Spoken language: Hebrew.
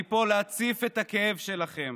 אני פה להציף את הכאב שלכם.